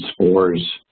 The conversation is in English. spores